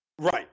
Right